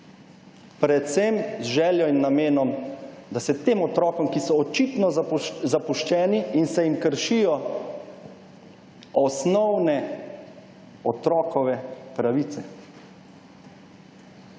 predvsem z željo in namenom, da se tem otrokom, ki so očitno zapuščeni in se jim kršijo osnovne otrokove pravice,